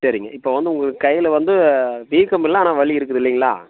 சரிங்க இப்போது வந்து உங்களுக்கு கையில் வந்து வீக்கமில்லை ஆனால் வலி இருக்குது இல்லைங்களா